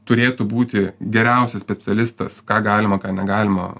turėtų būti geriausias specialistas ką galima ką negalima